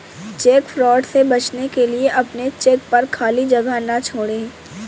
check fraud से बचने के लिए अपने चेक पर खाली जगह ना छोड़ें